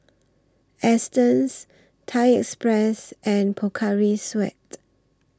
Astons Thai Express and Pocari Sweat